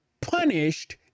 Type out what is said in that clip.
punished